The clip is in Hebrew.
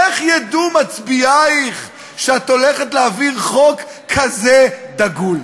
איך ידעו מצביעייך שאת הולכת להעביר חוק כזה דגול?